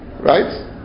Right